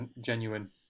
genuine